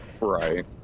Right